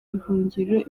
buhungiro